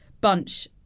bunch